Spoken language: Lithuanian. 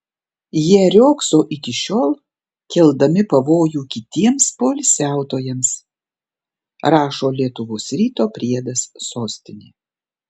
jie riogso iki šiol keldami pavojų kitiems poilsiautojams rašo lietuvos ryto priedas sostinė